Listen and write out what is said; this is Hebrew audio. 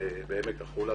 בעמק החולה.